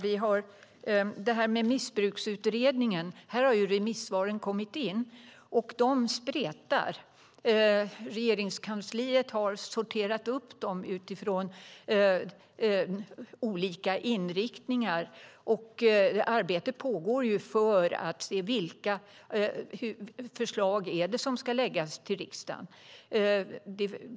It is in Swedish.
Vad gäller Missbruksutredningen har remissvaren kommit in, och de spretar. Regeringskansliet har sorterat upp dem utifrån olika inriktningar, och arbete pågår för att se vilka förslag som ska läggas fram till riksdagen.